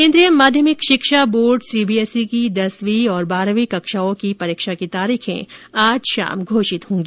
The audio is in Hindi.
केन्द्रीय माध्यमिक शिक्षा बोर्ड सीबीएसई की दसवीं और बारहवीं कक्षाओं की परीक्षा की तारीखें आज शाम घोषित होंगी